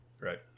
Right